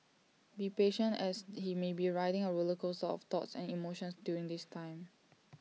be patient as he may be riding A roller coaster of thoughts and emotions during this time